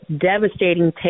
devastating